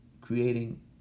creating